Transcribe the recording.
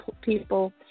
people